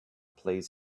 plays